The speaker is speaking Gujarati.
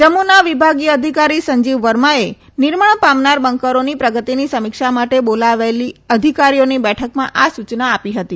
જમ્મુના વિભાગીય અધિકારી સંજીવ વર્માએ નિર્માણ પામનાર બંકરોની પ્રગતિની સમીક્ષા માટે બોલાવેલી અધિકારીઓની બેઠકમાં આ સૂચના આપી હતી